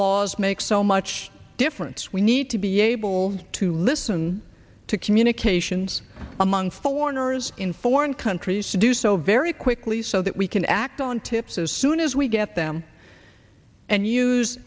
laws make so much difference we need to be able to listen to communications among foreigners in foreign countries to do so very quickly so that we can act on tips as soon as we get them and use